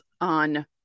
on